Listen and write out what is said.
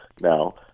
now